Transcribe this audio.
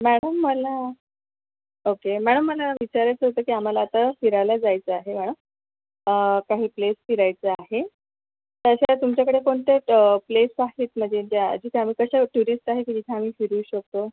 madam मला okay madam मला विचारायचं होतं की आम्हाला आता फिरायला जायचं आहे मॅडम काही प्लेस फिरायचं आहे तशा तुमच्याकडे कोणते प्लेस आहेत म्हणजे ज्या जिथे आम्ही कसं टुरिस्ट आहे की जिथं आम्ही फिरू शकतो